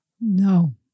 No